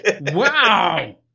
Wow